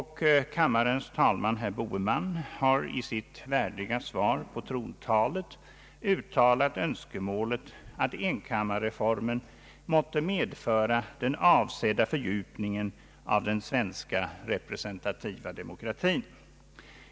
Kammarens talman herr Boheman har i sitt värdiga svar på trontalet uttalat önskemålet att enkammarreformen måtte medföra den avsedda fördjupningen av den svenska representativa demokratin.